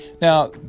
Now